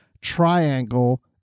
Triangle